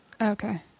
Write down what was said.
Okay